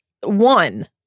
one